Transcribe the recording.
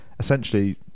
Essentially